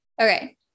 okay